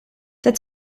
der